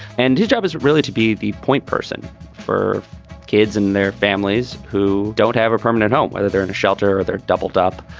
and his job is really to be the point person for kids and their families who don't have a permanent home. whether they're in a shelter, they're doubled up.